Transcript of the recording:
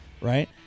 right